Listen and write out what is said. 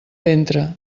ventre